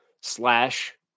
slash